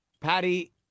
Patty